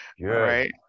Right